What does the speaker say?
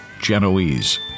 Genoese